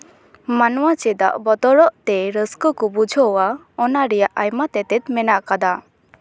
ᱢᱟᱱᱣᱟ ᱪᱮᱫᱟᱜ ᱵᱚᱛᱚᱨᱚᱜ ᱛᱮ ᱨᱟᱹᱥᱠᱟᱹ ᱠᱚ ᱵᱩᱡᱷᱟᱹᱣᱟ ᱚᱱᱟ ᱨᱮᱭᱟᱜ ᱟᱭᱢᱟ ᱛᱮᱛᱮᱛ ᱢᱮᱱᱟᱜ ᱟᱠᱟᱫᱟ